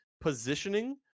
positioning